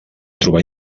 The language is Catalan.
trobar